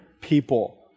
people